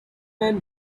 man